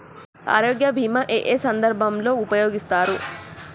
ఆరోగ్య బీమా ఏ ఏ సందర్భంలో ఉపయోగిస్తారు?